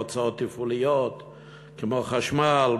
הוצאות תפעוליות כמו חשמל,